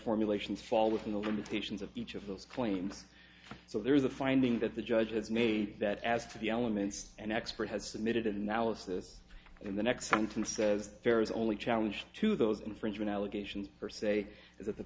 formulations fall within the limitations of each of those claims so there is a finding that the judge has made that as to the elements an expert has submitted analysis in the next sentence says there is only challenge to those infringement allegations per se that the